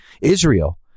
Israel